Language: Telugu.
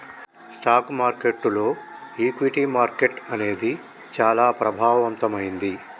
స్టాక్ మార్కెట్టులో ఈక్విటీ మార్కెట్టు అనేది చానా ప్రభావవంతమైంది